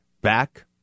back